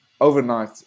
overnight